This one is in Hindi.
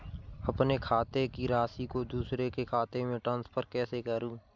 अपने खाते की राशि को दूसरे के खाते में ट्रांसफर कैसे करूँ?